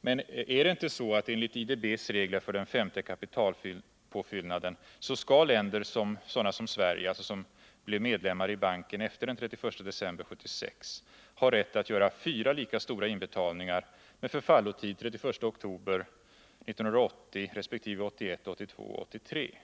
Men är det inte så att enligt IDB:s regler för den femte kapitalpåfyllnaden skall sådana länder som Sverige, som blev medlemmar i banken efter den 31 december 1976, ha rätt att göra fyra lika stora inbetalningar med förfallotid den 31 oktober 1980 resp. 1981, 1982 och 1983?